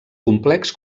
complex